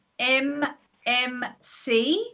MMC